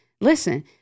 listen